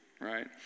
right